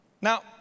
Now